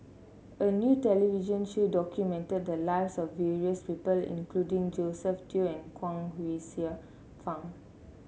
a new television show documented the lives of various people including Josephine Teo and Chuang Hsueh Fang